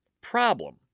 problem